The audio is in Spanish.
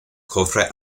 cofre